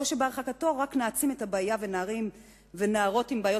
או שבהרחקתו רק נעצים את הבעיה ונערים ונערות עם בעיות